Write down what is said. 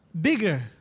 bigger